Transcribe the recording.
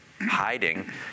Hiding